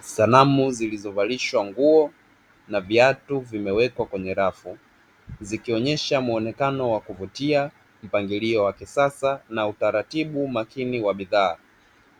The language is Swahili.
Sanamu zilizovalishwa nguo na viatu vimewekwa kwenye rafu; zikionyesha muonekano wa kuvutia, mpangilio wa kisasa na utaratibu makini wa bidhaa;